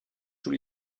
sous